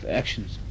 actions